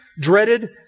dreaded